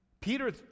Peter